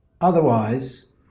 otherwise